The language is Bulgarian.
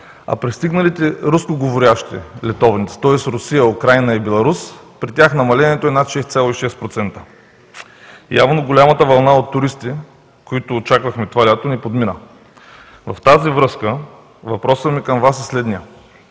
пристигналите рускоговорящи летовници, тоест Русия, Украйна и Беларус, намалението е над 6,6%. Явно голямата вълна от туристи, които очаквахме това лято, ни подмина. В тази връзка въпросът ми към Вас е следният: